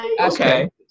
okay